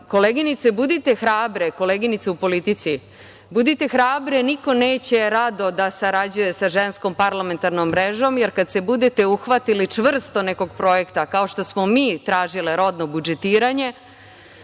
Čestitam vam na tome. Koleginice, budite hrabre, niko neće rado da sarađuje sa Ženskom parlamentarnom mrežom, jer kada se budete uhvatile čvrsto nekog projekta kao što smo mi tražile rodno budžetiranje,